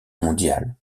mondiale